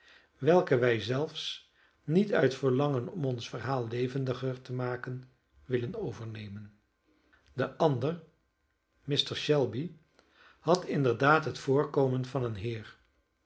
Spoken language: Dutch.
welke wij zelfs niet uit verlangen om ons verhaal levendiger te maken willen overnemen de ander mr shelby had inderdaad het voorkomen van een heer